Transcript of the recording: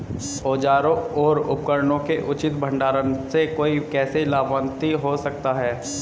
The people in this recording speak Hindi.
औजारों और उपकरणों के उचित भंडारण से कोई कैसे लाभान्वित हो सकता है?